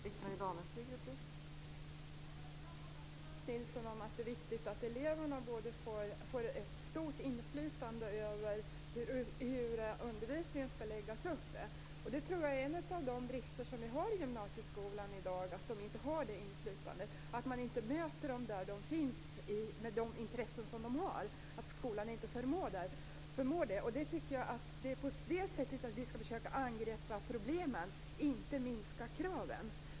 Fru talman! Jag kan hålla med Ulf Nilsson om att det är viktigt att eleverna får ett stort inflytande över hur undervisningen skall läggas upp. Jag tror att en av bristerna i dagens gymnasieskola är att eleverna inte har det inflytandet, att skolan inte förmår att möta dem där de finns med de intressen de har. Jag tycker att det är på det sättet vi skall försöka angripa problemen, inte genom att minska kraven.